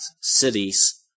cities